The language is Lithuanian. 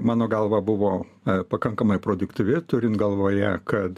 mano galva buvo pakankamai produktyvi turint galvoje kad